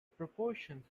proportions